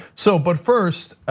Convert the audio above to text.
so but first,